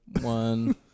one